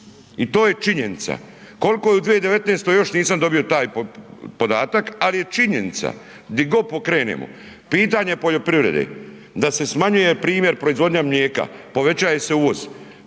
i to je činjenica. Koliko je u 2019. još nisam dobio taj podatak, ali je činjenica di god pokrenemo pitanje poljoprivrede da se smanjuje primjer proizvodnja mlijeka, povećaje se uvoz